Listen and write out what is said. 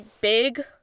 big